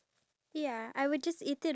and they die